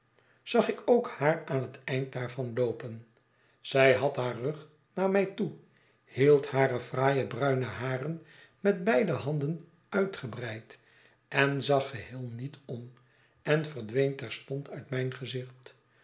zag ik ook haar aan het eind daarvan loopen zij had haar rug naar mij toe hield hare fraaie bruine haren met beide handen uitgebreid en zag geheel niet om en verdween terstond uit mijn gezicht